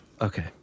Okay